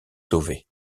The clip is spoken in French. sauver